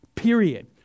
period